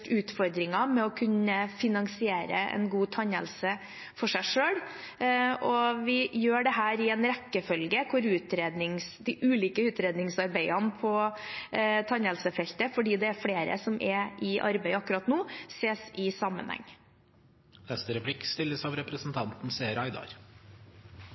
utfordringer med å kunne finansiere en god tannhelse for seg selv. Vi gjør dette i en rekkefølge hvor de ulike utredningsarbeidene på tannhelsefeltet, for det er flere under arbeid akkurat nå, ses i